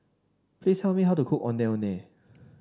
please tell me how to cook Ondeh Ondeh